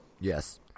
Yes